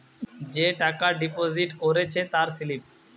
যে টাকা ডিপোজিট করেছে তার স্লিপ